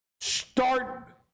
Start